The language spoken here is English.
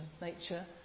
nature